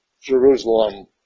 Jerusalem